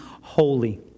holy